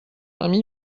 ami